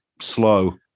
slow